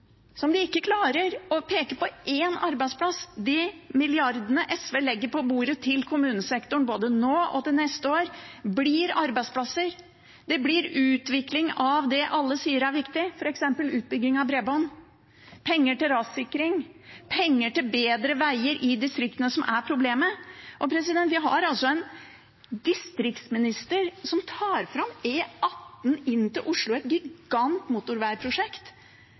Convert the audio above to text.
de klarer ikke å peke på en eneste arbeidsplass skapt av det. De milliardene SV legger på bordet til kommunesektoren, både nå og til neste år, blir til arbeidsplasser og til utvikling av det alle sier er viktig, f.eks. utbygging av bredbånd, penger til rassikring og penger til bedre veier i distriktene. Vi har en distriktsminister som trekker fram E18 inn til Oslo, et gigantisk motorveiprosjekt,